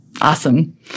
awesome